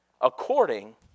according